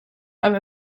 have